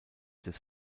des